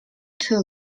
too